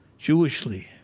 jewishly.